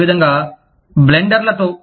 అదేవిధంగా బ్లెండర్లతో